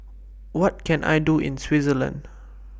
What Can I Do in Switzerland